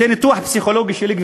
זה ניתוח פסיכולוגי שלי,